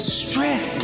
stress